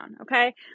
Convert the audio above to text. Okay